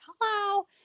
hello